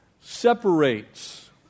separates